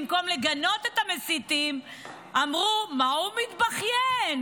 במקום לגנות את המסיתים אמרו: מה הוא מתבכיין?